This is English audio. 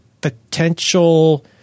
potential